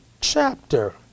chapter